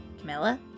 Camilla